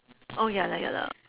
oh ya lah ya lah